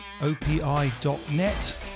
opi.net